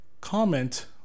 comment